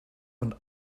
und